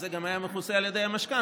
אז זה גם היה מכוסה על ידי המשכנתה.